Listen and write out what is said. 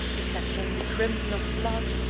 except in the crimson of blood,